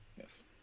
Yes